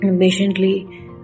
patiently